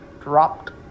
dropped